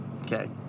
Okay